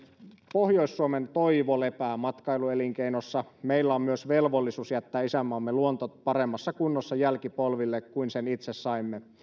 pohjois suomen toivo lepää matkailuelinkeinossa meillä on myös velvollisuus jättää isänmaamme luonto paremmassa kunnossa jälkipolville kuin sen itse saimme